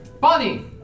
Bonnie